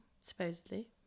supposedly